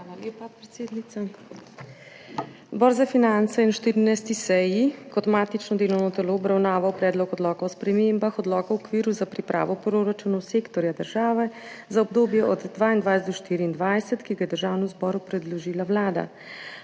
Hvala lepa, predsednica. Odbor za finance je na 14. seji kot matično delovno telo obravnaval Predlog odloka o spremembah Odloka o okviru za pripravo proračunov sektorja država za obdobje od 2022 do 2024, ki ga je Državnemu zboru predložila Vlada.